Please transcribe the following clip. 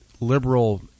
liberal